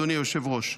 אדוני היושב-ראש: